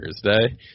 Thursday